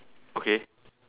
okay